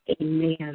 Amen